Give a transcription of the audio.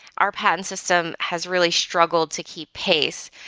our patent system has really struggled to keep pace,